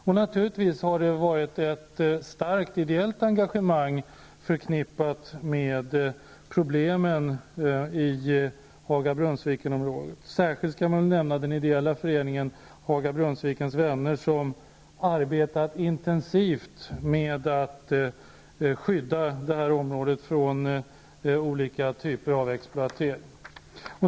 Det har naturligtvis också funnits ett starkt ideellt engagemang förknippat med problemen i Haga--Brunnsviken-området. Särskilt kan nämnas den ideella föreningen Haga-- Brunnsvikens vänner som arbetat intensivt med att skydda detta område från olika typer av exploatering.